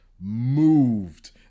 moved